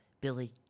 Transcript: Billy